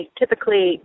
typically